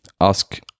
ask